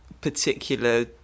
particular